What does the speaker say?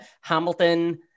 Hamilton